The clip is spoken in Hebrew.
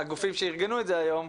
הגופים שארגנו את זה היום,